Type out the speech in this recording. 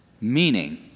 Meaning